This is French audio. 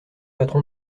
patron